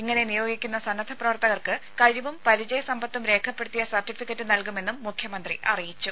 ഇങ്ങനെ നിയോഗിക്കുന്ന സന്നദ്ധ പ്രവർത്തകർക്ക് കഴിവും പരിചയ സമ്പത്തും രേഖപ്പെടുത്തിയ സർട്ടിഫിക്കറ്റ് നൽകുമെന്നും മുഖ്യമന്ത്രി അറിയിച്ചു